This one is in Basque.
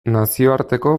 nazioarteko